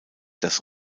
das